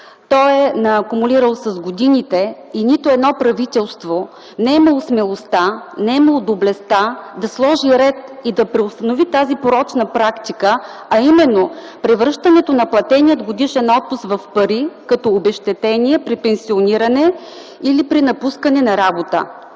Той е акумулирал с годините и нито едно правителство не е имало смелостта, не е имало доблестта да сложи ред и да преустанови тази порочна практика, а именно превръщането на платения годишен отпуск в пари като обезщетение при пенсиониране или при напускане на работа.